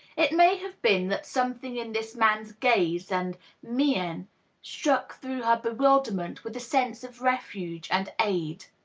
it may have been that something in this man's gaze and mien struck through her bewilderment with a sense of refuge and aid.